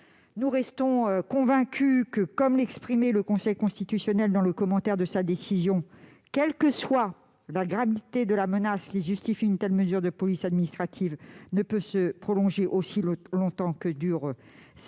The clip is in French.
nous restons convaincus que, comme l'a exprimé le Conseil constitutionnel dans le commentaire de sa décision, « quelle que soit la gravité de la menace qui la justifie, une telle mesure de police administrative ne peut se prolonger aussi longtemps que dure cette